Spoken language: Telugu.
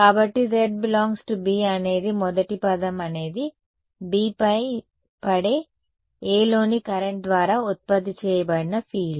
కాబట్టి z ∈ B అనేది మొదటి పదం అనేది B పై పడే A లోని కరెంట్ ద్వారా ఉత్పత్తి చేయబడిన ఫీల్డ్